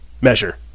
measure